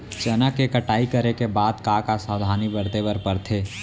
चना के कटाई करे के बाद का का सावधानी बरते बर परथे?